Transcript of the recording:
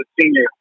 senior